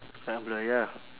scrambler ya